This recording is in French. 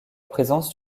présence